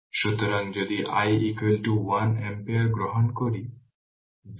সুতরাং যদি i 1 ampere গ্রহণ করি